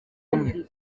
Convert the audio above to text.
kumwe